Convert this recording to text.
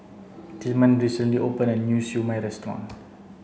Tilman recently opened a new Siew Mai restaurant